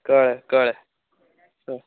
कळ्ळें कळ्ळें